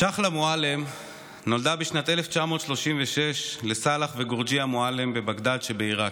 צ'חלה מועלם נולדה בשנת 1936 לסלאח וגורג'יה מועלם בבגדאד שבעיראק.